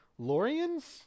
Lorians